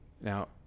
Now